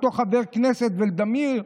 אותו חבר כנסת ולדימיר,